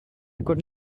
could